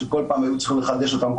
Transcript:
שכל פעם היו צריכים לחדש אותן,